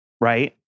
right